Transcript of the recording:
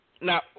now